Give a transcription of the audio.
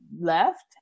left